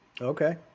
Okay